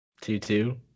Two-two